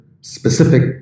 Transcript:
specific